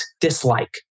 dislike